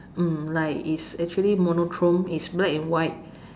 mm like is actually monochrome is black and white